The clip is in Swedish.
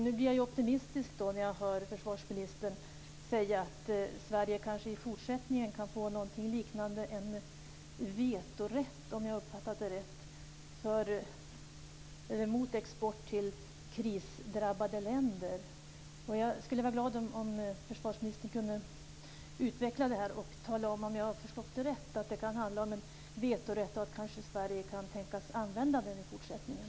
Nu blir jag optimistisk när jag hör försvarsministern säga att Sverige kanske i fortsättningen kan få någonting liknande en vetorätt, om jag har uppfattat det rätt, mot export till krisdrabbade länder. Jag skulle vara glad om försvarsministern kunde utveckla detta och tala om om jag har förstått det rätt, dvs. att det kan handla om en vetorätt och om att Sverige kan tänkas använda den i fortsättningen.